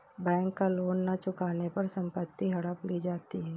bank का loan न चुकाने पर संपत्ति हड़प ली जाती है